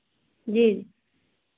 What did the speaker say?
जी